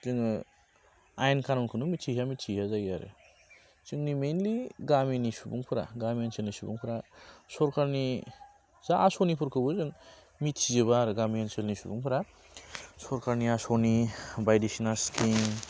जोङो आयेन खानुनखौनो मिथिहैया मिथिहैया जायो आरो जोंनि मेइनलि गामिनि सुबुंफोरा गामि ओनसोलनि सुबुंफोरा सरखारनि जा आस'निफोरखौबो जों मिथिजोबा आरो गामि ओनसोलनि सुबुंफोरा सरखारनि आस'नि बाइदिसिना स्खिम